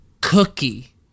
cookie